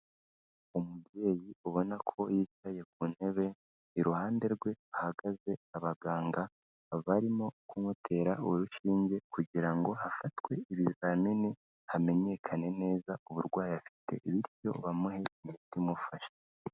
Umubyeyi ubona ko yicaye ku ntebe, iruhande rwe hahagaze abaganga, barimo kumutera urushinge kugira ngo hafatwe ibizamini hamenyekane neza uburwayi afite, bityo bamuhe imiti imufasha.